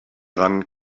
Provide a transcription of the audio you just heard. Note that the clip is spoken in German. ran